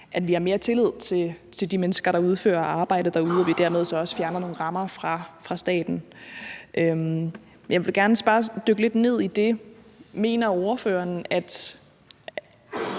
at vi skal have mere tillid til de mennesker, der udfører arbejdet derude, og at vi dermed så også fjerner nogle rammer fra staten. Jeg vil bare gerne dykke lidt ned i det. Mener ordføreren, at